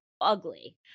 ugly